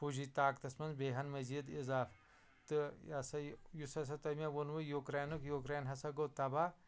فوجی طاقتَس مَنٛز بیٚیہِ ہن مذیٖد اضافہٕ تہٕ یا سا یہِ یُس ہَسا تۄہہِ مےٚ ووٚنوٕ یُکرینُک یُکرین ہَسا گوٚو تباہ